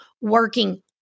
working